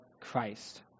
Christ